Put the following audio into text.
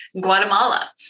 Guatemala